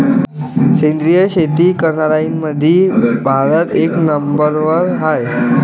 सेंद्रिय शेती करनाऱ्याईमंधी भारत एक नंबरवर हाय